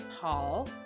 Paul